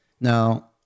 Now